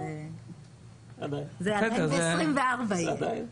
זה 2024 יהיה.